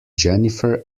jennifer